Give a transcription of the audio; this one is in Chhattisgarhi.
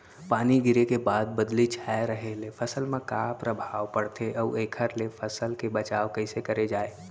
पानी गिरे के बाद बदली छाये रहे ले फसल मा का प्रभाव पड़थे अऊ एखर ले फसल के बचाव कइसे करे जाये?